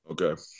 Okay